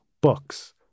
books